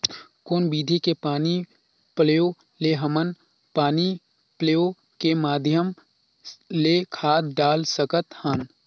कौन विधि के पानी पलोय ले हमन पानी पलोय के माध्यम ले खाद डाल सकत हन?